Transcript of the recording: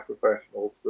professionals